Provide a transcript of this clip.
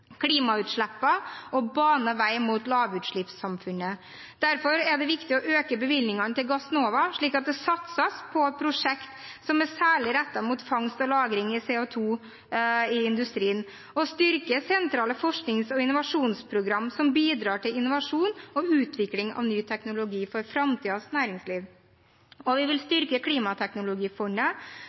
klimautslippene og bane vei mot lavutslippssamfunnet. Derfor er det viktig å øke bevilgningene til Gassnova, slik at det satses på prosjekt som er særlig rettet mot fangst og lagring av CO2 i industrien, og styrke sentrale forsknings- og innovasjonsprogram som bidrar til innovasjon og utvikling av ny teknologi for framtidens næringsliv. Vi vil styrke Klimateknologifondet,